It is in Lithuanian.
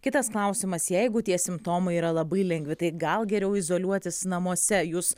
kitas klausimas jeigu tie simptomai yra labai lengvi tai gal geriau izoliuotis namuose jūs